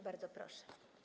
Bardzo proszę.